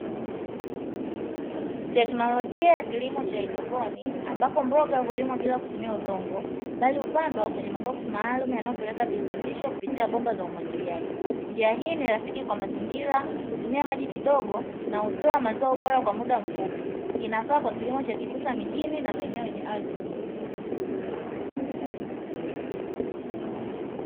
Teknolojia ya kilimo cha haidroponi ambako mboga hulima bila kutumia udongo bali upande wa kwenye maboksi maalumu yanayopeleka virutubisho kupitia bomba za umwagiliaji. Njia hii ni rafiki kwa mazingira kutumia maji kidogo na utoa mazao bora kwa muda mfupi, inafaa kwa kilimo cha kisasa mjini na maeneo yenye ardhi finyu.